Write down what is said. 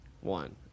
One